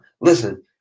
Listen